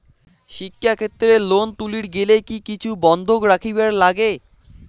শিক্ষাক্ষেত্রে লোন তুলির গেলে কি কিছু বন্ধক রাখিবার লাগে?